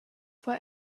for